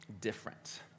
different